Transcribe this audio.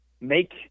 make